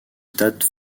stade